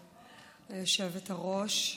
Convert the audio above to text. היושבת-ראש,